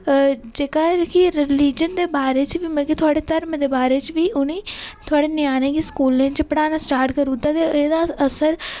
जेह्का ऐ कि रिलिजन दे बारे च मतलब कि थोआड़े धर्म दे बारे च बी उ'नें थोआड़े ञ्यानें गी बी स्कुलें च पढ़ाना स्टार्ट करी ओड़दा ते एह्दा असर